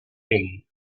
him